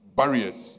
barriers